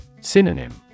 Synonym